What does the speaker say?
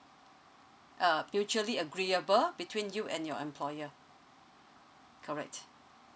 uh mutually agreeable between you and your employer correct